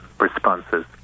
Responses